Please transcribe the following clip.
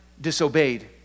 disobeyed